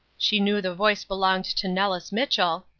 she knew the voice belonged to nellis mitchell,